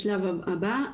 בשלב הבא,